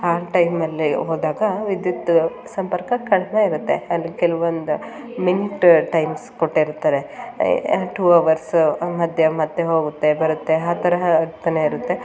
ಆ ಟೈಮಲ್ಲಿ ಹೋದಾಗ ವಿದ್ಯುತ್ ಸಂಪರ್ಕ ಕಡಿಮೆ ಇರುತ್ತೆ ಅಲ್ಲಿ ಕೆಲ್ವೊಂದು ಮಿಂಟ್ ಟೈಮ್ಸ್ ಕೊಟ್ಟಿರ್ತಾರೆ ಟೂ ಅವರ್ಸ್ ಮಧ್ಯೆ ಮತ್ತೆ ಹೋಗುತ್ತೆ ಬರುತ್ತೆ ಆ ಥರ ಆಗ್ತನೇ ಇರುತ್ತೆ